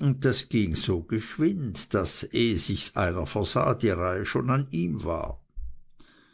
und das ging so geschwind daß eh sichs einer versah die reihe schon an ihm war